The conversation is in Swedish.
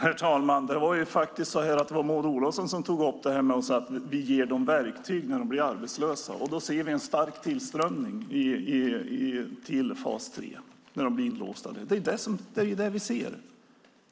Herr talman! Det var Maud Olofsson som tog upp det här med att ge dem verktyg när de blir arbetslösa. Vi ser en stark tillströmning till fas 3 när de blir inlåsta. Det är det vi ser.